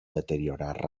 deteriorar